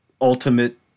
Ultimate